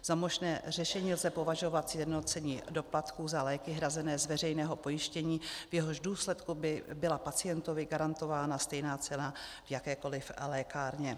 Za možné řešení lze považovat sjednocení doplatků za léky hrazené z veřejného pojištění, v jehož důsledku by byla pacientovi garantována stejná cena v jakékoliv lékárně.